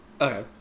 Okay